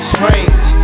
Strange